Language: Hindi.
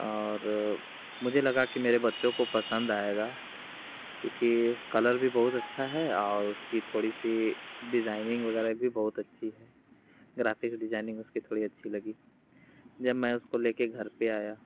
और मुझे लगा कि मेरे बच्चों को पसंद आएगा क्योंकि कलर भी बहुत अच्छा है और उसकी थोड़ी सी डिज़ाइनिंग वगैरह भी बहुत अच्छी है ग्राफिक डिज़ाइनिंग उसकी थोड़ी अच्छी लगी जब मैं उसको लेकर घर पर आया